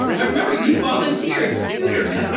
i remember you volunteered to tutor him. ah